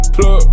Plug